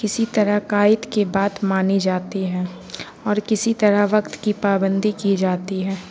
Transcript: کسی طرح قائد کی بات مانی جاتی ہے اور کسی طرح وقت کی پابندی کی جاتی ہے